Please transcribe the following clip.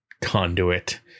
conduit